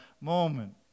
moment